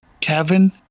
Kevin